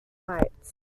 heights